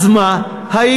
אז מה ההיגיון?